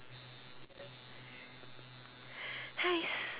!hais!